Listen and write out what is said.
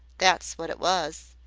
that's wot it was.